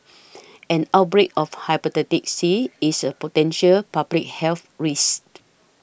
an outbreak of Hepatitis C is a potential public health risk